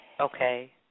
Okay